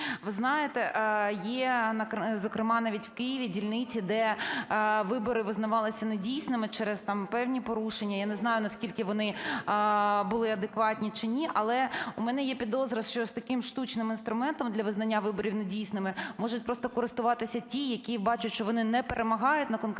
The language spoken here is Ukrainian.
Ви знаєте, є, зокрема, навіть в Києві дільниці, де вибори визнавалися недійсними через, там, певні порушення. Я не знаю, наскільки вони були адекватні чи ні, але у мене є підозра, що з таким штучним інструментом для визнання виборів недійсними, можуть просто користуватись ті, які бачать, що вони не перемагають на конкретному